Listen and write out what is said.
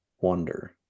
Wonder